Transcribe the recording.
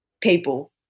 people